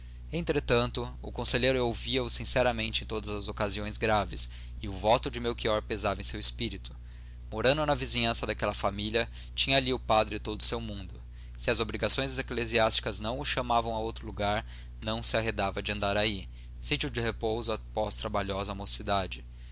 entretanto o conselheiro ouvia o sinceramente em todas as ocasiões graves e o voto de melchior pesava em seu espírito morando na vizinhança daquela família tinha ali o padre todo o seu mundo se as obrigações eclesiásticas não o chamavam a outro lugar não se arredava de andaraí sítio de repouso após trabalhosa mocidade